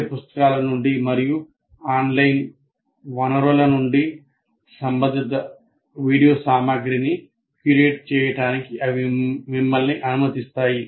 పాఠ్యపుస్తకాల నుండి మరియు ఆన్లైన్ వనరుల నుండి సంబంధిత వీడియో సామగ్రిని క్యూరేట్ చేయడానికి అవి మిమ్మల్ని అనుమతిస్తాయి